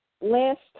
last